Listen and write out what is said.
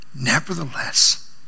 nevertheless